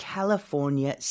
California